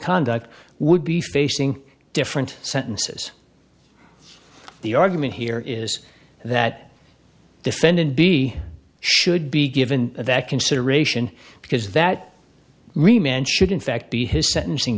conduct would be facing different sentences the argument here is that defendant b should be given that consideration because that remained should in fact be his sentencing